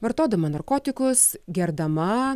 vartodama narkotikus gerdama